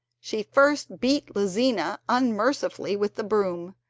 she first beat lizina unmercifully with the broom,